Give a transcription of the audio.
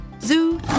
Zoo